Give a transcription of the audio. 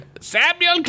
Samuel